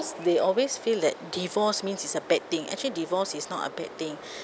they always feel that divorce means it's a bad thing actually divorce is not a bad thing